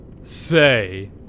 say